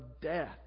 death